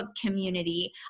community